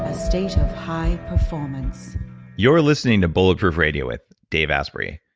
a state of high performance you're listening to bulletproof radio with dave asprey.